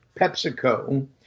PepsiCo